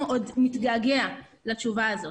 אנחנו עוד נתגעגע לתשובה הזו.